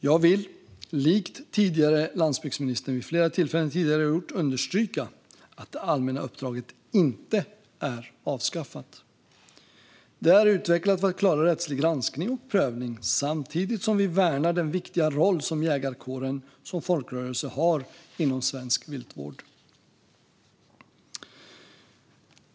Jag vill, likt tidigare landsbygdsministern vid flera tillfällen tidigare gjort, understryka att det allmänna uppdraget inte är avskaffat. Det är utvecklat för att klara rättslig granskning och prövning, samtidigt som vi värnar den viktiga roll som jägarkåren som folkrörelse har inom svensk viltvård.